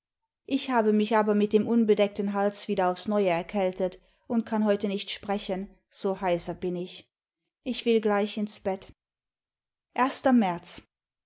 ich habe mich aber mit dem unbedeckten hals wieder aufs neue erkältet und kann heute nicht sprechen so heiser bin ich ich will gleich ins bett i märz